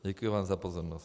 Děkuji vám za pozornost.